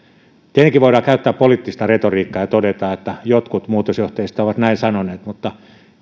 tietenkin voidaan käyttää poliittista retoriikkaa ja todeta että jotkut muutosjohtajista ovat näin sanoneet mutta